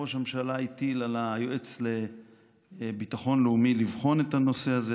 ראש הממשלה הטיל על היועץ לביטחון לאומי לבחון את הנושא הזה.